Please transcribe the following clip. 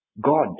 God